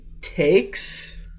takes